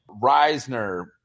Reisner